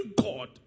God